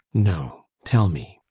no tell me.